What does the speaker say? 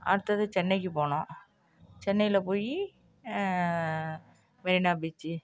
அடுத்தது சென்னைக்குப் போனோம் சென்னையில் போய் மெரினா பீச்சு